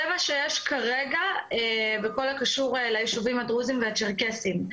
זה מה שיש כרגע בכל הקשור ליישובים הדרוזים והצ'רקסיים,